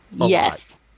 Yes